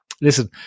listen